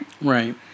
Right